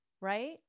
right